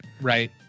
right